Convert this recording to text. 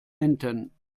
enten